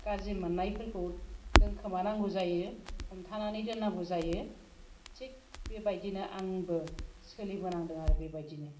गाज्रि मोननायफोरखौ दोनखोमानांगौ जायो हमथानानै दोननांगौ जायो थिक बेबायदिनो आंबो सोलिबोनांदों आरो बेबायदिनो